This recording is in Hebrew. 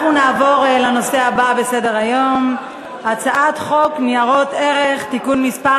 אנחנו נעבור לנושא הבא בסדר-היום: הצעת חוק ניירות ערך (תיקון מס'